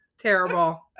terrible